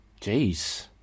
Jeez